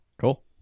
Cool